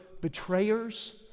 betrayers